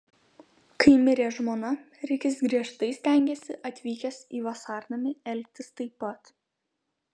kai mirė žmona rikis griežtai stengėsi atvykęs į vasarnamį elgtis taip pat